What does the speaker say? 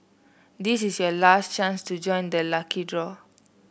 this is your last chance to join the lucky draw